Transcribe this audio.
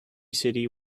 city